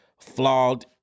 flawed